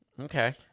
Okay